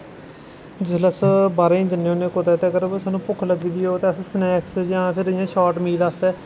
जिसलै अस बाह्रे गी जन्ने होने कुतै ते अगर असेंगी भुक्ख लग्गी दी होग ते सनैक्स जां शार्ट मील आस्तै